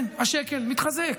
כן, השקל מתחזק,